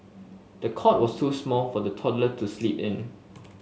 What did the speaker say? the cot was too small for the toddler to sleep in